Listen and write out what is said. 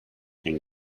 and